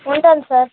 ఉంటాను సార్